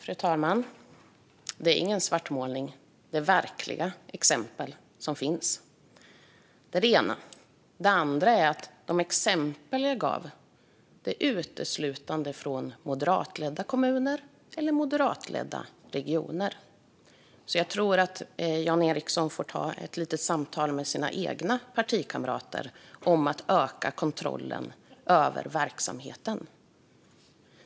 Fru talman! Det är ingen svartmålning. Det är verkliga exempel. Det är det ena. Det andra är att de exempel jag gav uteslutande är från moderatledda kommuner eller regioner. Jag tror alltså att Jan Ericson får ta ett litet samtal med sina egna partikamrater om att öka kontrollen över verksamheten.